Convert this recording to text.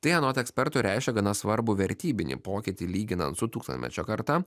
tai anot ekspertų reiškia gana svarbų vertybinį pokytį lyginant su tūkstantmečio karta